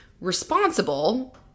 responsible